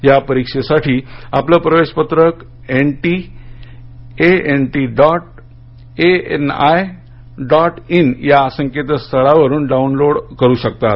या परीक्षेसाठी उमदेवार आपलं प्रवेशपत्रक N T A NEET dot N I dot in या संकेतस्थळावरून डाउनलोड करू शकतात